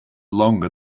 longer